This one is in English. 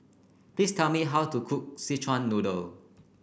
please tell me how to cook Szechuan Noodle